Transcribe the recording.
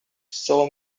saw